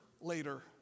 later